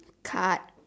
card